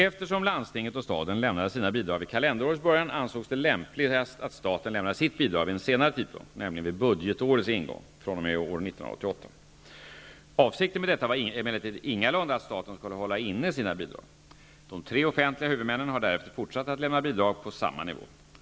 Eftersom landstinget och staden lämnade sina bidrag vid kalenderårets början, ansågs det lämpligast att staten lämnade sit bidrag vid en senare tidpunkt, nämligen vid budgetårets ingång, fr.o.m. år 1988. Avsikten med detta var emellertid ingalunda att staten skulle hålla inne sina bidrag. De tre offentliga huvudmännen har därefter fortsatt att lämna bidrag på samma nivå.